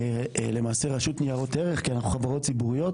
למעשה רשות ניירות ערך כי אנחנו חברות ציבוריות